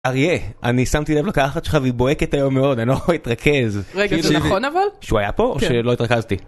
אריה אני שמתי לב לקרחת שלך והיא בוהקת היום מאוד אני לא יכול להתרכז. זה נכון אבל? שהוא היה פה או שלא התרכזתי?